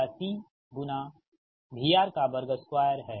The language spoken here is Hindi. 2 है और जो 2πf गुना C के बराबर है